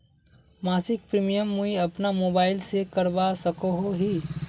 मासिक प्रीमियम मुई अपना मोबाईल से करवा सकोहो ही?